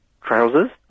Trousers